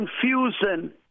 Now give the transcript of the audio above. confusion